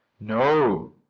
No